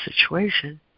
situation